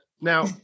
Now